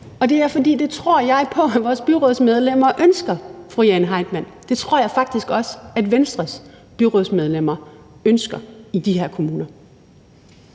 Det tror jeg på at vores byrådsmedlemmer ønsker, fru Jane Heitmann. Det tror jeg faktisk også at Venstres byrådsmedlemmer ønsker i de her kommuner.